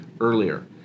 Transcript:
earlier